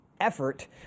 effort